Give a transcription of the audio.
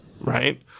right